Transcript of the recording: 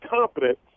confident